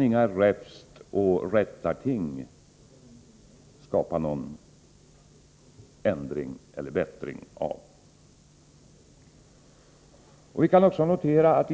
Inga räfstoch rättarting kan ändra på det.